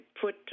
put